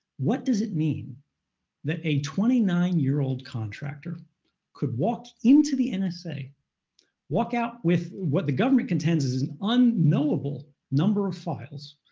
what does it mean that a twenty nine year old contractor could walk into the and nsa, walk out with what the government contends is an unknowable number of files,